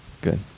Good